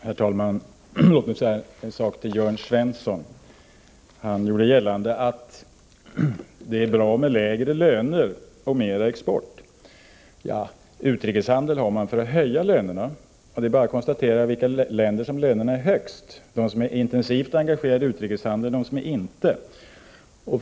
Herr talman! Låt mig säga en sak till Jörn Svensson, som gjorde gällande att det är bra med lägre löner och mer export: Ja visst, men utrikeshandel har man för att höja lönerna. Det är bara att konstatera vilka länder som har de högsta lönerna: de som är intensivt engagerade i utrikeshandel eller de som inte är det.